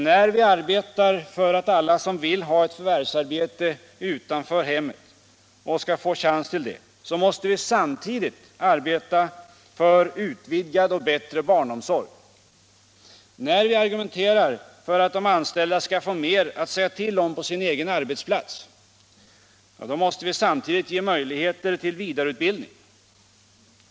När vi arbetar för att alla som vill ha ett förvärvsarbete utanför hemmet skall få chans till detta, så måste vi samtidigt arbeta för en utvidgad och bättre barnomsorg. När vi argumenterar för att de anställda skall få mer att säga till om på sin egen arbetsplats måste vi samtidigt ge möjligheter till vidareutbildning.